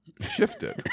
shifted